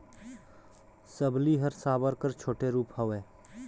सबली हर साबर कर छोटे रूप हवे